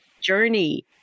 journey